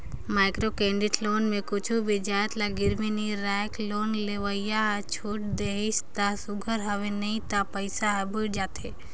micro credit loan में कुछु भी जाएत ल गिरवी नी राखय लोन लेवइया हर छूट देहिस ता सुग्घर हवे नई तो पइसा हर बुइड़ जाथे